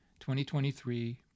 2023